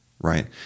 right